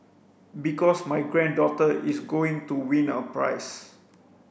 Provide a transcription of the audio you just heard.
because my granddaughter is going to win a prize